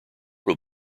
will